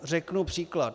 Řeknu příklad.